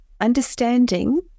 understanding